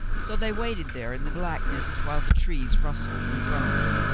so they waited there in the black ness while the trees rustled and groaned.